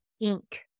ink